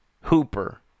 Hooper